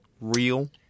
Real